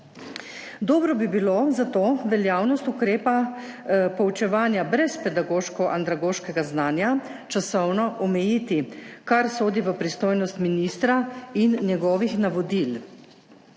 Dobro bi bilo za to veljavnost ukrepa poučevanja brez pedagoško andragoškega znanja časovno omejiti, kar sodi v pristojnost ministra in njegovih navodil.